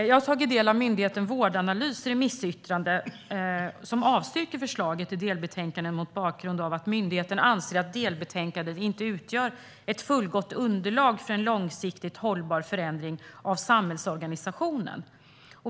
Jag har tagit del av myndigheten Vårdanalys remissyttrande, där man avstyrker förslaget i delbetänkandet mot bakgrund av att myndigheten anser att delbetänkandet inte utgör ett fullgott underlag för en långsiktigt hållbar förändring av samhällsorganisationen.